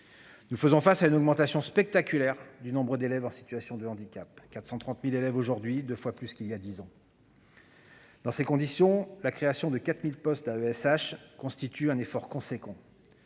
Nous faisons face à une augmentation spectaculaire du nombre d'élèves en situation de handicap, qui sont au nombre de 430 000 aujourd'hui, soit deux fois plus qu'il y a dix ans. Dans ces conditions, la création de 4 000 postes d'AESH constitue un effort substantiel.